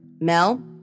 Mel